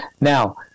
Now